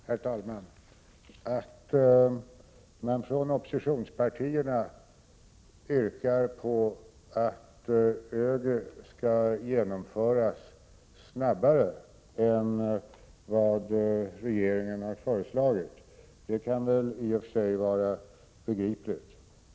Herr talman! Att man från oppositionspartierna yrkar på att ÖGY reformen skall genomföras snabbare än vad regeringen har föreslagit kan i och för sig vara begripligt.